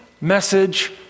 message